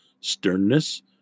sternness